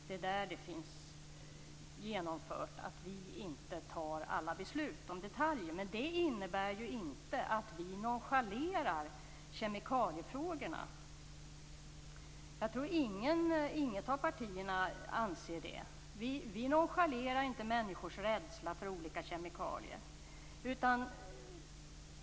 Det är där det genomförs att vi inte fattar alla beslut om detaljer. Det innebär inte att vi nonchalerar kemikaliefrågorna. Jag tror inte att något av partierna anser det. Vi nonchalerar inte människors rädsla för olika kemikalier.